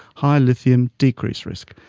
high lithium decreased risk.